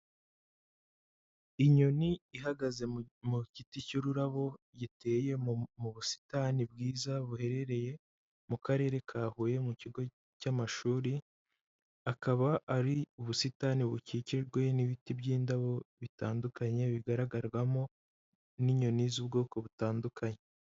Inyoni ihagaze mu giti cy'ururabo giteye mu busitani bwiza buherereye mu karere ka Huye mu kigo cy'amashuri, akaba ari ubusitani bukikijwe n'ibiti by'indabo bitandukanye, bigaragarwamo n'inyoni z'ubwoko butandukanye.